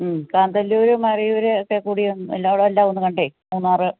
കാന്തല്ലൂർ മരയൂർ തേക്കടിയും എല്ലായിടം എല്ലാം ഒന്ന് കണ്ടേ മൂന്നാറ്